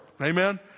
amen